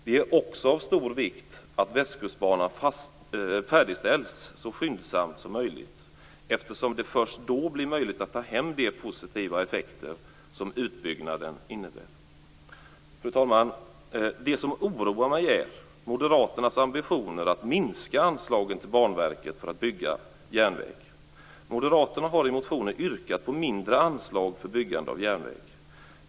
Det är också av stor vikt att Västkustbanan färdigställs så skyndsamt som möjligt eftersom det först då blir möjligt att ta hem de positiva effekter som utbyggnaden innebär. Fru talman! Det som oroar mig är Moderaternas ambitioner att minska anslagen till Banverket för att bygga järnväg. Moderaterna har i motioner yrkat på mindre anslag för byggande av järnväg.